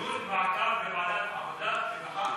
דיון בוועדת העבודה, הרווחה והבריאות.